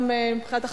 גם מבחינת החקיקה,